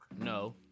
No